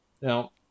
Now